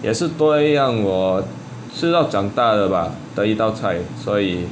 也是多我吃到长大的吧的一道菜所以